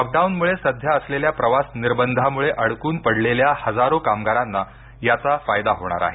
लॉकडाऊनमुळे सध्या असलेल्या प्रवास निर्बंधामुळे अडकून पडलेल्या हजारो कामगारांना याचा फायदा होणार आहे